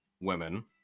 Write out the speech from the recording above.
women